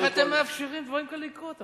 איך אתם מאפשרים לדברים כאלה לקרות?